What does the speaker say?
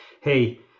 Hey